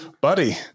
buddy